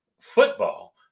football